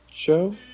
show